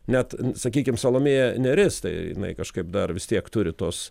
net sakykim salomėja nėris tai jinai kažkaip dar vis tiek turi tos